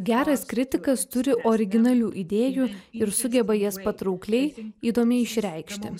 geras kritikas turi originalių idėjų ir sugeba jas patraukliai įdomiai išreikšti